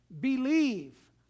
Believe